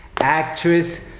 actress